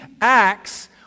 Acts